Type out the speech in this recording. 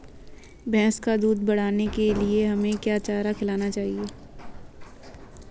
भैंस का दूध बढ़ाने के लिए हमें क्या चारा खिलाना चाहिए?